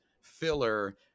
filler